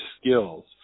skills